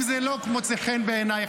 גם אם זה לא מוצא חן בעינייך,